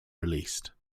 released